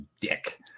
Dick